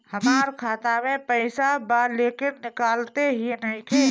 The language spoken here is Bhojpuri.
हमार खाता मे पईसा बा लेकिन निकालते ही नईखे?